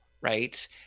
right